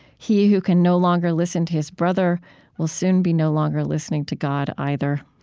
he who can no longer listen to his brother will soon be no longer listening to god either.